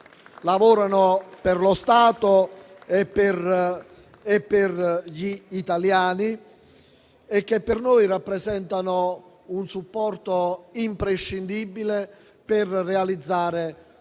lavorano per lo Stato e per gli italiani e che per noi rappresentano un supporto imprescindibile per realizzare tutta